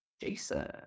Jason